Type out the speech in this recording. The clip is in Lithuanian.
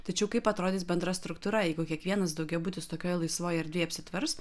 tačiau kaip atrodys bendra struktūra jeigu kiekvienas daugiabutis tokioje laisvoj erdvėj apsitvers